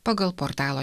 pagal portalo